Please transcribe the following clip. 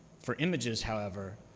for images however,